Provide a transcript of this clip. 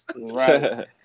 Right